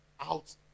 out